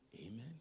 Amen